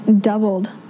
doubled